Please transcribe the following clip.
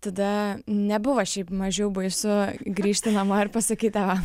tada nebuvo šiaip mažiau baisu grįžti namo ir pasakyt tėvam